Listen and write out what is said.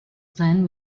planned